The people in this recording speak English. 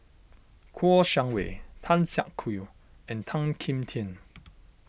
Kouo Shang Wei Tan Siak Kew and Tan Kim Tian